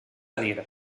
dir